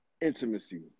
intimacy